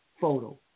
photo